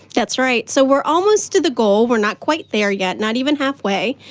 that's right, so we're almost to the goal. we're not quite there yet, not even halfway.